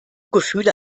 gefühle